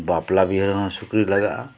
ᱵᱟᱯᱞᱟ ᱵᱤᱦᱟᱹ ᱨᱮᱦᱚᱸ ᱥᱩᱠᱨᱤ ᱞᱟᱜᱟᱜᱼᱟ